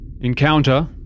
encounter